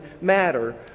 matter